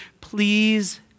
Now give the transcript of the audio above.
Please